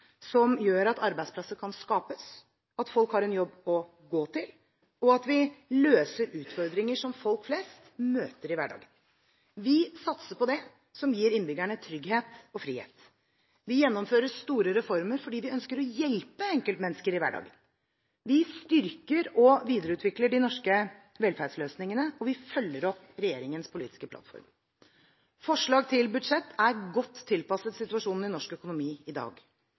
som gjør at arbeidsplasser kan skapes, at folk har en jobb å gå til, og at vi løser utfordringer som folk flest møter i hverdagen. Vi satser på det som gir innbyggerne trygghet og frihet. Vi gjennomfører store reformer fordi vi ønsker å hjelpe enkeltmennesker i hverdagen. Vi styrker og videreutvikler de norske velferdsløsningene, og vi følger opp regjeringens politiske plattform. Forslaget til budsjett er godt tilpasset situasjonen i norsk økonomi i dag.